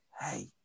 hey